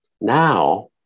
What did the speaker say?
Now